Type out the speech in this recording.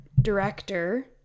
director